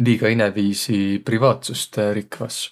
liiga inemiisi privaatsust rikvas.